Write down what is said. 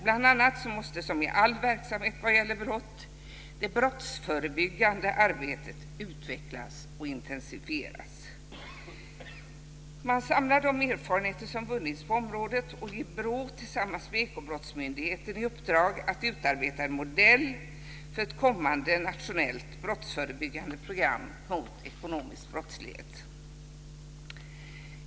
Bl.a. måste, som i all verksamhet som gäller brott, det brottsförebyggande arbetet utvecklas och intensifieras. Man samlar de erfarenheter som vunnits på området och ger BRÅ tillsammans med Ekobrottsmyndigheten i uppdrag att utarbeta en modell för ett kommande nationellt brottsförebyggande program mot ekonomisk brottslighet.